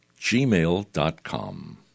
gmail.com